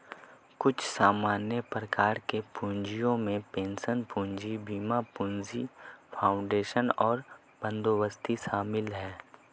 कुछ सामान्य प्रकार के पूँजियो में पेंशन पूंजी, बीमा पूंजी, फाउंडेशन और बंदोबस्ती शामिल हैं